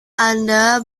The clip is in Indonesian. anda